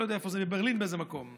אני לא יודע איפה זה, בברלין באיזה מקום.